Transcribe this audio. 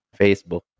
facebook